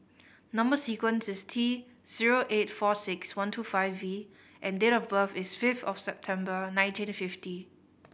number sequence is T zero eight four six one two five V and date of birth is fifth of September nineteen fifty